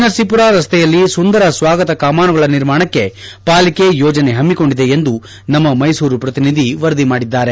ನರಸೀಪುರ ರಸ್ತೆಯಲ್ಲಿ ಸುಂದರ ಸ್ವಾಗತ ಕಮಾನುಗಳ ನಿರ್ಮಾಣಕ್ಕೆ ಪಾಲಿಕೆ ಯೋಜನೆ ಹಮ್ಮಿಕೊಂಡಿದೆ ಎಂದು ನಮ್ಮ ಮೈಸೂರು ಪ್ರತಿನಿಧಿ ವರದಿ ಮಾಡಿದ್ದಾರೆ